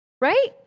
Right